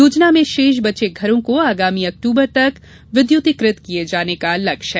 योजना में शेष बचे घरों को आगामी अक्टूबर तक विद्युतीकृत किए जाने का लक्ष्य है